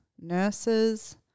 nurses